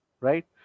right